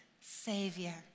Savior